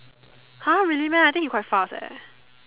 !huh! really meh I think he quite fast eh